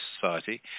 Society